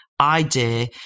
idea